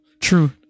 True